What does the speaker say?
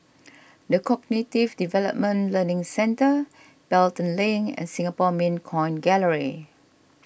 the Cognitive Development Learning Centre Pelton Link and Singapore Mint Coin Gallery